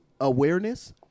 awareness